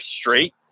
straight